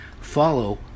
follow